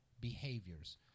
behaviors